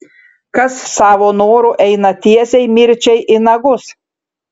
kas savo noru eina tiesiai mirčiai į nagus